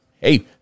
hey